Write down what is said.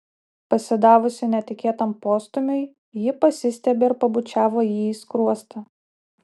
pasidavusi netikėtam postūmiui ji pasistiebė ir pabučiavo jį į skruostą